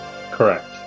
Correct